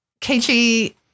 KG